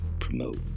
promote